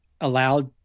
allowed